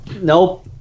Nope